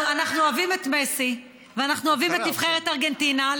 אנחנו אוהבים את מסי ואנחנו אוהבים את נבחרת ארגנטינה.